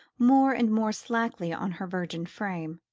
more and more slackly on her virgin frame.